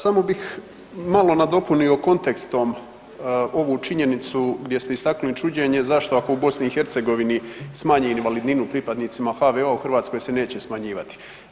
Samo bih malo nadopunio kontekstom ovu činjenicu gdje ste istaknuli čuđenje zašto ako u BiH smanje invalidninu pripadnicima HVO-a u Hrvatskoj se neće smanjivati.